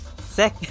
Sick